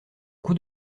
coup